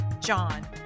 John